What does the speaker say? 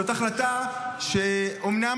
זאת החלטה שאומנם